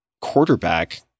quarterback